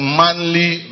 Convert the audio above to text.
manly